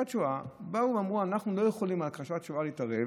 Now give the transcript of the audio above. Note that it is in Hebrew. באו ואמרו: אנחנו לא יכולים בהכחשת שואה להתערב.